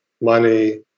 money